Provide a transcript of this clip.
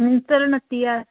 चलो नत्ती ज्हार